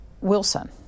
Wilson